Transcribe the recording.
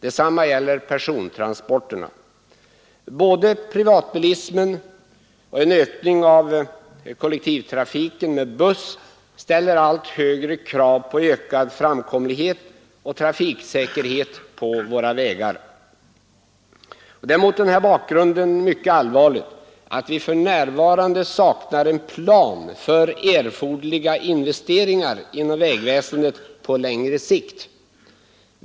Detsamma gäller persontransporterna. Både privatbilismen och en ökning av kollektivtrafiken med buss ställer allt högre krav på ökad framkomlighet och trafiksäkerhet på våra vägar. Det är mot denna bakgrund mycket allvarligt att vi för närvarande saknar en plan för erforderliga investeringar inom vägväsendet på längre sikt.